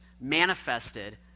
manifested